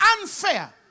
unfair